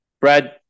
Brad